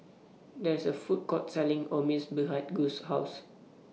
There IS A Food Court Selling Omurice behind Guss' House